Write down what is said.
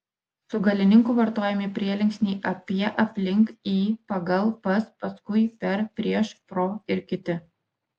su galininku vartojami prielinksniai apie aplink į pagal pas paskui per prieš pro ir kiti